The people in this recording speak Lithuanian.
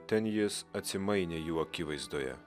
ten jis atsimainė jų akivaizdoje